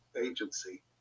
agency